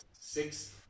six